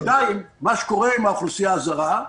דבר שני, מה שקורה עם האוכלוסייה הזרה,